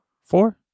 Four